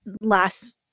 last